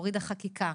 הורידה חקיקה,